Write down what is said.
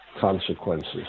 consequences